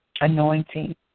anointing